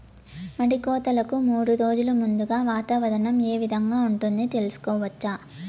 మడి కోతలకు మూడు రోజులు ముందుగా వాతావరణం ఏ విధంగా ఉంటుంది, తెలుసుకోవచ్చా?